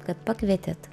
kad pakvietėt